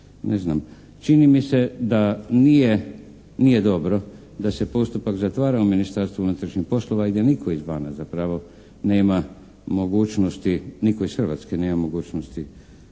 Čini mi se da nije dobro da se postupak zatvara u Ministarstvu unutrašnjih poslova i da nitko izvana zapravo nema mogućnosti nitko iz Hrvatske nema mogućnosti